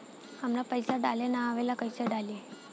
हमरा पईसा डाले ना आवेला कइसे डाली?